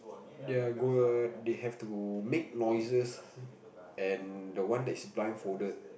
they're they have to make noises and the one that's blind folded